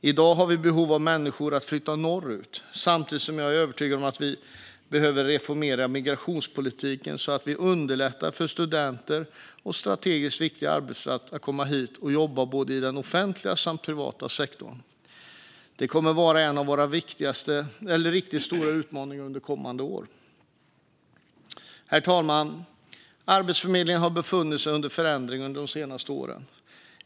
I dag har vi behov av att få människor att flytta norrut, samtidigt som jag är övertygad om att vi behöver reformera migrationspolitiken så att vi underlättar för studenter och strategiskt viktig arbetskraft att komma hit och jobba - både i den offentliga och i den privata sektorn. Detta kommer att vara en av våra riktigt stora utmaningar under kommande år. Herr talman! Arbetsförmedlingen har befunnit sig i förändring under de senaste åren.